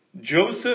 Joseph